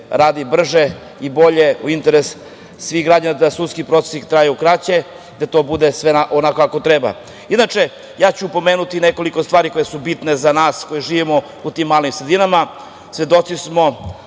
radi brže i bolje u interesu svih građana, da sudski procesi traju kraće, da to bude sve onako kako treba. Inače, ja ću pomenuti nekoliko stvari koje su bitne za nas, koji živimo u tim malim sredinama. Svedoci smo